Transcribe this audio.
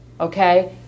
Okay